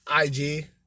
IG